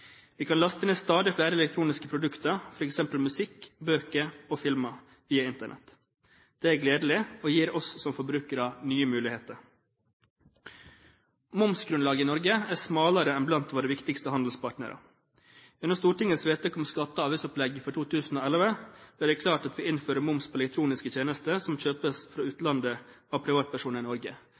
Vi kan laste ned stadig flere elektroniske produkter, f.eks. musikk, bøker og filmer, via Internett. Det er gledelig og gir oss som forbrukere nye muligheter. Momsgrunnlaget i Norge er smalere enn blant våre viktigste handelspartnere. Gjennom Stortingets vedtak om skatte- og avgiftsopplegget for 2011 ble det klart at vi innfører moms på elektroniske tjenester som kjøpes fra utlandet av privatpersoner i Norge,